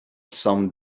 some